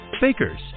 Bakers